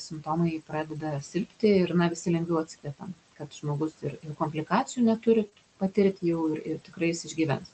simptomai pradeda silpti ir na visi lengviau atsikvepiame kad žmogus ir ir jų komplikacijų neturi patirt jau ir ir tikrai jis išgyvens